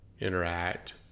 interact